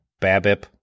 BABIP